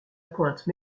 pointe